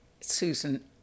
Susan